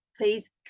please